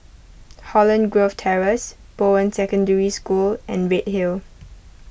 Holland Grove Terrace Bowen Secondary School and Redhill